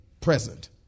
present